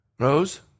Rose